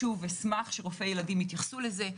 אשמח שרופאי הילדים יתייחסו לזה,